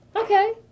Okay